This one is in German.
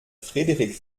frederik